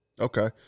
Okay